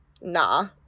nah